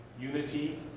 unity